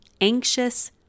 anxious